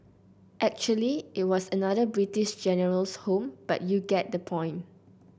actually it was another British General's home but you get the point